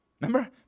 Remember